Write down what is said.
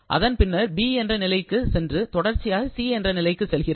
அதன் பின்னர் B என்ற நிலைக்கு சென்று தொடர்ச்சியாக C என்ற நிலைக்கு செல்கிறது